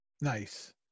Nice